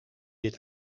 dit